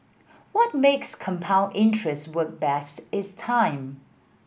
what makes compound interest work best is time